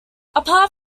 apart